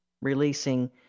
releasing